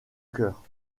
cœur